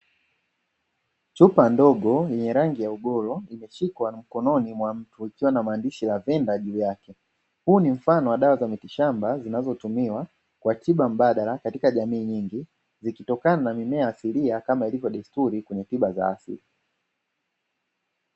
Chupa ndogo yenye rangi ya ugoro imeshikwa mikononi mwa mtu ikiwa na maandishi ya venda juu yake, huu ni mfano wa dawa za miti shamba zinazotumiwa kwa tiba mbadala katika jamii nyingi zikitokana na mimea asilia kama ilivyo desturi kwenye tiba za afrika.